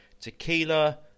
Tequila